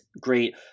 great